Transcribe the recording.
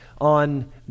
on